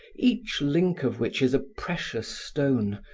each link of which is a precious stone,